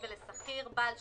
סעיף, אתה